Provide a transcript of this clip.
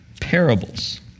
parables